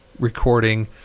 Recording